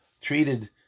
treated